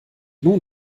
nun